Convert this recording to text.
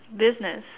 business